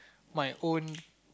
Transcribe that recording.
my own